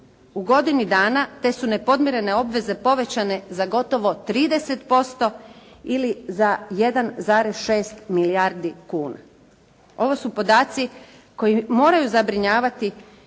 U godini dana te su nepodmirene obveze povećane za gotovo 30% ili za 1,6 milijardi kuna. Ovo su podaci koji moraju zabrinjavati